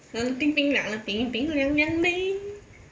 冷冰冰啊冷冰冰凉凉 leh